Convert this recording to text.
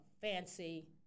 fancy